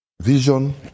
vision